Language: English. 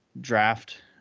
draft